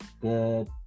good